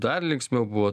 dar linksmiau buvo